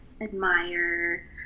admire